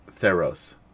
Theros